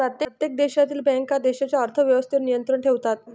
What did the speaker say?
प्रत्येक देशातील बँका देशाच्या अर्थ व्यवस्थेवर नियंत्रण ठेवतात